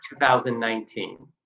2019